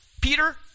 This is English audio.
Peter